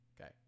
Okay